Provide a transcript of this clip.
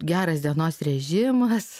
geras dienos režimas